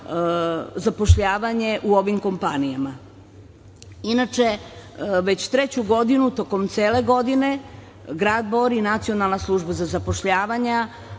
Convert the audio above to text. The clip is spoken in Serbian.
zapošljavanje u ovim kompanijama. Inače, već treću godinu tokom cele godine grad Bor i Nacionalna služba za zapošljavanje